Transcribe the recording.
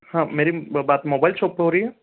हाँ मेरी बात मोबाइल शोप पर हो रही है